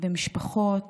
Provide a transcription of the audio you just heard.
ומשפחות